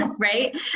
right